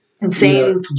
Insane